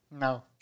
No